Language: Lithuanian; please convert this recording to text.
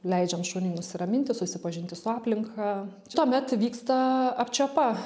leidžiam šuniui nusiraminti susipažinti su aplinka tuomet vyksta apčiuopa